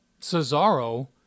Cesaro